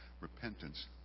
repentance